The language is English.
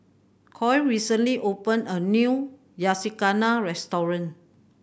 Coy recently opened a new Yakizakana Restaurant